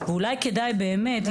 ואולי כדאי באמת,